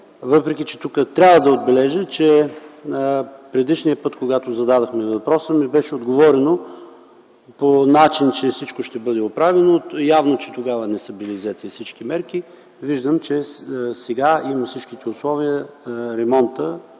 въпреки че тук трябва да отбележа, че предишния път, когато зададохме въпроса, ми беше отговорено по начин, че всичко ще бъде оправено. Явно, че тогава не са били взети всички мерки. Виждам, че сега има всичките условия ремонтът